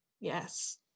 Yes